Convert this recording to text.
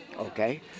okay